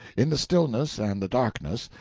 in the stillness and the darkness,